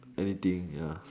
anything ya